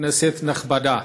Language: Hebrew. כנסת נכבדה,